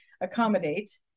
accommodate